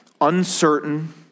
uncertain